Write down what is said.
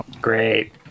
Great